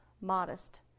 modest